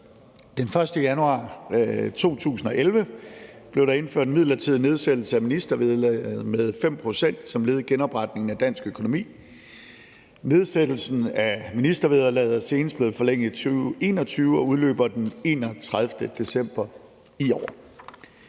Den 1. januar 2011 blev der indført en midlertidig nedsættelse af ministervederlaget med 5 pct. som led i genopretningen af dansk økonomi. Nedsættelsen af ministervederlaget er senest blevet forlænget i 2021 og udløber den 31. december i år.